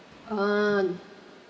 uh